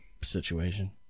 situation